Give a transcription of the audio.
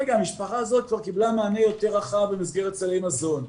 המשפחה הזאת כבר קיבלה מענה יותר רחב במסגרת סלי מזון,